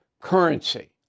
currency